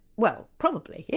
well probably, yeah